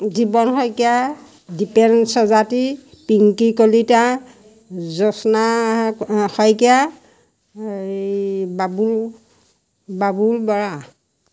জীৱন শইকীয়া দীপেন সজাতি পিংকী কলিতা জোচনা শইকীয়া এই বাবুল বাবুল বৰা